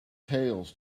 tales